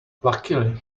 luckily